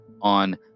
on